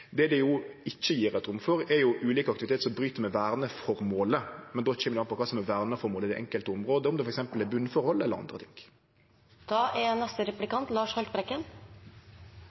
Det det ikkje gjev rom for, er ulike aktivitetar som bryt med verneformålet, men då kjem det an på kva som er verneformålet i det enkelte området, om det f.eks. er botnforhold eller andre